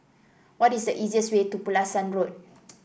what is the easiest way to Pulasan Road